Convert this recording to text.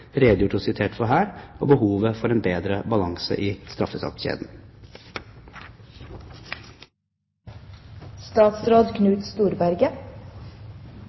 redegjort for – og behovet for en bedre balanse i